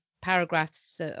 paragraphs